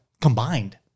Combined